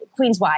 Queenswide